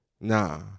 Nah